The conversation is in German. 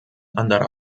anderer